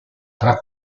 tra